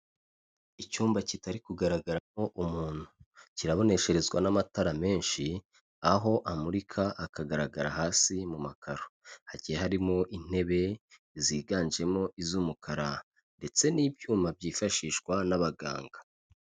Icyumba kitari kugaragaramo umuntu, kirabonesherezwa n'amatara menshi, aho amurika akagaragara hasi mu makaro. Hagiye harimo intebe ziganjemo iz'umukara ndetse n'ibyuma byifashishwa n'abaganga.